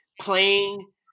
playing